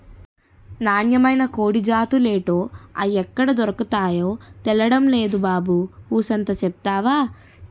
నాన్నమైన కోడి జాతులేటో, అయ్యెక్కడ దొర్కతాయో తెల్డం నేదు బాబు కూసంత సెప్తవా